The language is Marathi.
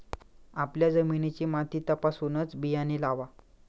आपल्या जमिनीची माती तपासूनच बियाणे लावा